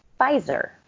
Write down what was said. Pfizer